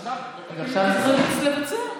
אז עכשיו צריך לבצע.